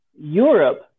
Europe